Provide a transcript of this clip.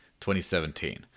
2017